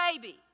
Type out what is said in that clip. baby